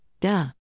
Duh